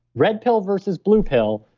red pill versus blue pill,